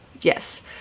yes